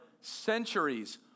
centuries